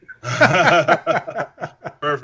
Perfect